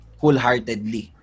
wholeheartedly